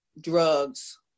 drugs